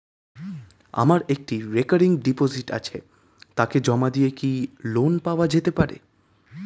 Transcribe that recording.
আমার একটি recurring deposit আছে তাকে জমা দিয়ে কি লোন পাওয়া যেতে পারে?